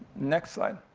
next slide.